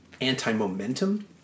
anti-momentum